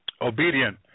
Obedient